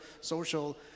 social